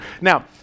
now